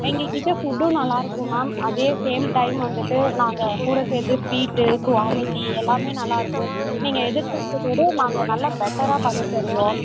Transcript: எங்கக்கிட்டே ஃபுட்டும் நல்லாயிருக்கும் மேம் அதே சேம் டைம் வந்துவிட்டு நாங்கள் கூட சேர்த்து ஸ்வீட்டு குவாலிட்டி எல்லாமே நல்லாயிருக்கும் நீங்கள் எதிர்பார்த்தத விட நாங்கள் நல்லா பெட்டராக பண்ணித்தருவோம்